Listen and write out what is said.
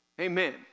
amen